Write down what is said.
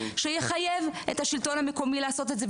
שיחייב את השלטון המקומי לעשות את זה,